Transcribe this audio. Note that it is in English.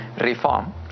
reform